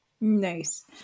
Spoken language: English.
Nice